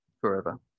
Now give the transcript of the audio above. forever